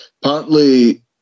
Partly